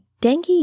dengue